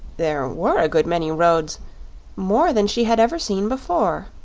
there were a good many roads more than she had ever seen before.